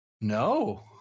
No